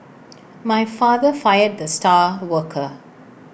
my father fired the star worker